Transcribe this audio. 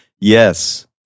yes